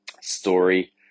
story